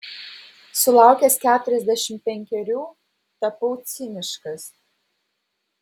sulaukęs keturiasdešimt penkerių tapau ciniškas